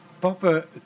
Popper